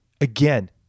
again